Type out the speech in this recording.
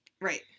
Right